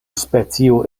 specio